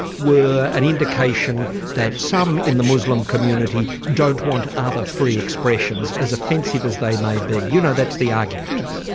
were an indication that some in the muslim community don't want other free expressions as offensive as they may be. you know that's the argument. yes.